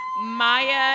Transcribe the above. Maya